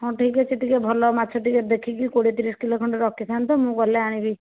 ହଁ ଠିକ୍ ଅଛି ଟିକିଏ ଭଲ ମାଛ ଟିକିଏ ଦେଖିକି କୋଡ଼ିଏ ତିରିଶ କିଲୋ ଖଣ୍ଡେ ରଖିଥାନ୍ତୁ ମୁଁ ଗଲେ ଆଣିବି